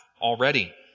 already